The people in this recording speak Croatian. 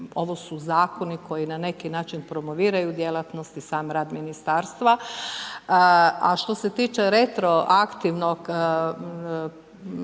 ovo su zakoni na neki način promoviraju djelatnosti sam rad ministarstva. A što se tiče retroaktivnog priznavanja